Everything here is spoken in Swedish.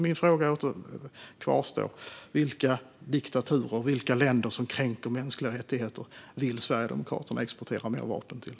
Min fråga kvarstår: Vilka diktaturer och vilka länder som kränker mänskliga rättigheter vill Sverigedemokraterna exportera mer vapen till?